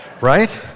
right